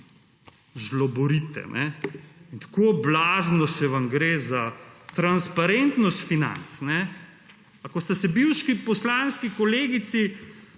žloborite. In tako blazno se vam gre za transparentnost financ. A ko ste se bivši poslanski kolegici